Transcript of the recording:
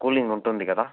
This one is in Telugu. కూలింగ్ ఉంటుంది కదా